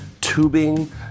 tubing